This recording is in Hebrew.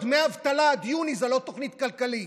דמי אבטלה עד יוני זאת לא תוכנית כלכלית,